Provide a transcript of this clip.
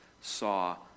saw